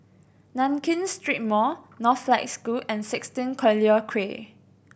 Nankin Street Mall Northlight School and sixteen Collyer Quay